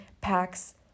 packs